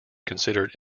considered